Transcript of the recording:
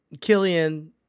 Killian